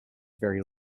very